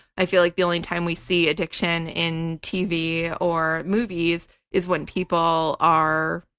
i feel like the only time we see addiction in tv or movies is when people are